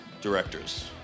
directors